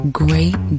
great